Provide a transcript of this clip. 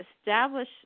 establish